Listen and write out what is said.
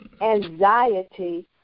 anxiety